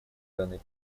данный